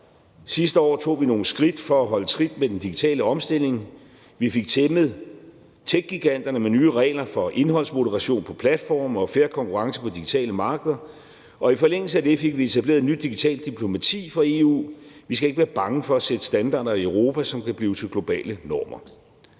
Sidste år tog vi nogle skridt for at holde trit med den digitale omstilling. Vi fik tæmmet techgiganterne med nye regler for indholdsmoderation på deres platforme og fair konkurrence på digitale markeder. Og i forlængelse af det fik vi etableret et nyt digitalt diplomati for EU. Vi skal ikke være bange for at sætte standarder i Europa, som kan blive til globale normer.